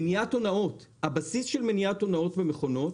מניעת הונאות הבסיס של מניעת הונאות במכונות